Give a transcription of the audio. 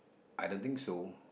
I don't think so